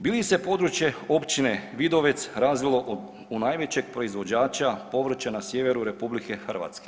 Bi li se područje Općine Vidovic razvilo u najvećeg proizvođača povrća na sjeveru RH?